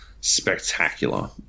spectacular